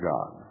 God